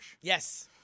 Yes